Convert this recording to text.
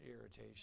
irritation